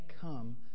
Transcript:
come